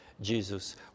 Jesus